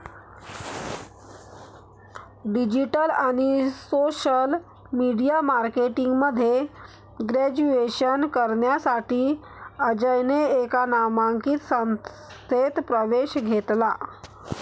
digital आणि social media marketing मध्ये graduation करण्यासाठी अजयने एका नामांकित संस्थेत प्रवेश घेतला